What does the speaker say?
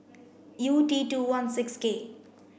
U T two one six K